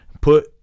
put